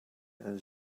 and